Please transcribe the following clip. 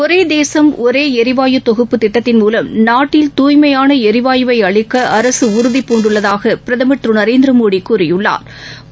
ஒரே தேசம் ஒரே ளிவாயு தொகுப்பு திட்டத்தின் மூலம் நாட்டில் தூய்மையான ளிவாயுவை அளிக்க அரசு உறுதிபூண்டுள்ளதாக பிரதமா் திரு நரேந்திரமோடி கூறியுள்ளாா்